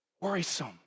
worrisome